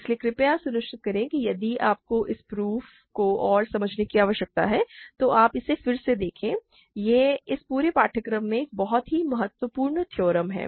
इसलिए कृपया सुनिश्चित करें कि यदि आपको इस प्रूफ को और समझने की आवश्यकता है तो आप इसे फिर से देखें यह इस पूरे पाठ्यक्रम में एक बहुत ही महत्वपूर्ण थ्योरम है